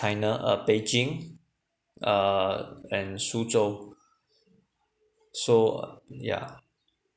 china uh beijing uh and xuzhou so yeah